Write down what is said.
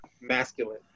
Masculine